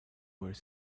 were